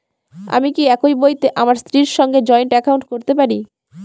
আমি কি একই বইতে আমার স্ত্রীর সঙ্গে জয়েন্ট একাউন্ট করতে পারি?